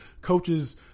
coaches